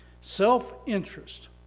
Self-interest